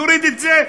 אוריד את זה,